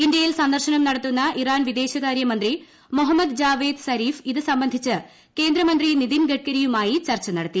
ഇന്ത്യയിൽ സന്ദർശനം നടത്തുന്ന ഇറാൻ വിദേശകാര്യ മന്ത്രി മൊഹമ്മദ് ജാവേദ് സ്രീഫ് ഇത് സംബന്ധിച്ച് കേന്ദ്രമന്ത്രി നിതിൻ ഗഡ്കരിയുമായി ചർച്ച നടത്തി